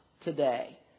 today